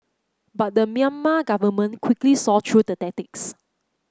but the Myanmar government quickly saw through the tactics